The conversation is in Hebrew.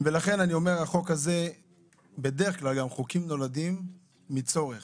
בדרך כלל חוקים גם נולדים מצורך.